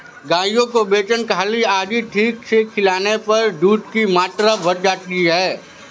गायों को बेसन खल्ली आदि ठीक से खिलाने पर दूध की मात्रा बढ़ जाती है